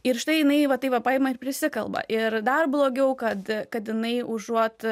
ir štai jinai va taip va paima ir prisikalba ir dar blogiau kad kad jinai užuot